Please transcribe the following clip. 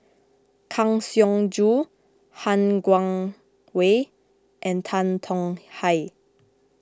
Kang Siong Joo Han Guangwei and Tan Tong Hye